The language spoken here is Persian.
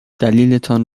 دلیلتان